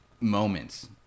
moments